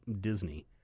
Disney